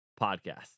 podcast